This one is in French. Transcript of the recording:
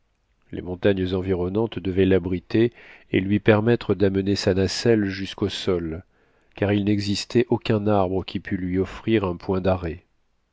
les montagnes environnantes devaient labriter et lui permettre d'amener sa nacelle jusqu'au sol car il n'existait aucun arbre qui pût lui offrir un point d'arrêt